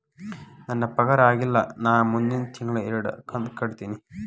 ನನ್ನ ಪಗಾರ ಆಗಿಲ್ಲ ನಾ ಮುಂದಿನ ತಿಂಗಳ ಎರಡು ಕಂತ್ ಕಟ್ಟತೇನಿ